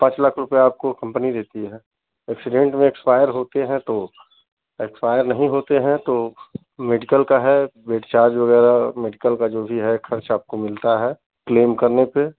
पाँच लाख रुपये आपको कंपनी देती है एक्सीडेंट में एक्सपायर होते हैं तो एक्सपायर नहीं होते हैं तो मेडिकल का है डिस्चार्ज वग़ैरह मेडिकल का जो भी है ख़र्चा आपको मिलता है क्लेम करने पर